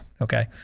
okay